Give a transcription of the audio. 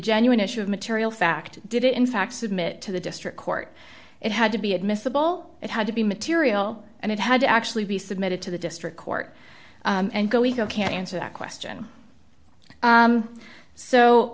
genuine issue of material fact did in fact submit to the district court it had to be admissible it had to be material and it had to actually be submitted to the district court and go he can't answer that question